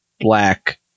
black